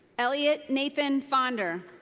elliot nathan fonder.